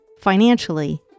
financially